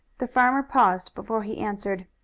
the farmer paused before he answered.